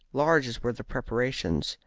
large as were the preparations,